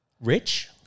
Rich